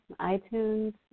iTunes